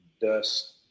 dust